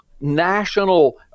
national